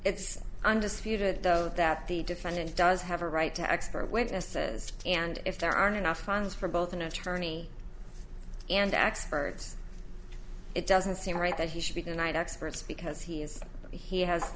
it's undisputed though that the defendant does have a right to expert witnesses and if there are enough funds for both an attorney and experts it doesn't seem right that he should be denied experts because he has he has